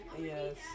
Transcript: Yes